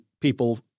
people